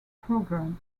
programme